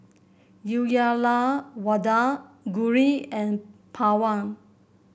Uyyalawada Gauri and Pawan